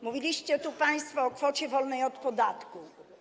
Mówiliście tu państwo o kwocie wolnej od podatku.